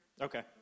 Okay